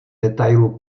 detailů